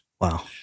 Wow